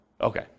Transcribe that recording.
Okay